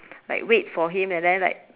like wait for him and then like